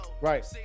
right